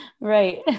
Right